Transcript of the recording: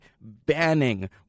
banning